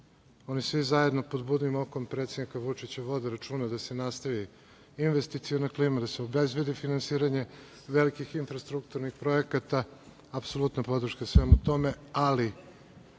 oni svi zajedno pod budnim okom predsednika Vučića vode računa da se nastavi investiciona klima, da se obezbedi finansiranja velikih infrastrukturnih projekata i apsolutna podrška svemu tome, ali